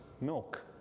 Milk